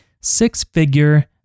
six-figure